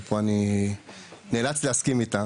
ופה אני נאלץ להסכים איתם.